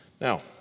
Now